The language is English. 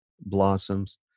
blossoms